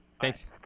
Thanks